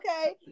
Okay